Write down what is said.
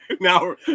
Now